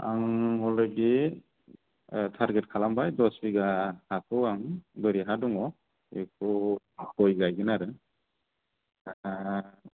आं already target खालामबाय दस बिगा हाखौ आं बोरि हा दङ बेखौ गय गायगोन आरो दा